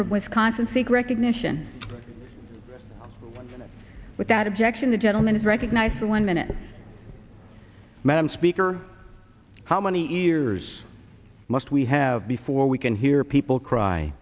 from wisconsin seek recognition with that objection the gentleman is recognized for one minute madam speaker how many years must we have before we can hear people cry